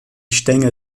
stängel